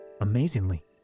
Amazingly